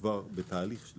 כבר בתהליך שהוא